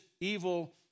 evil